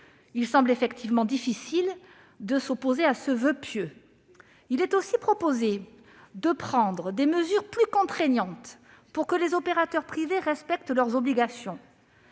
il semble effectivement difficile de s'opposer à ce voeu pieux. Il est aussi proposé de prendre « des mesures plus contraignantes [...] afin que les opérateurs privés respectent [leurs] obligations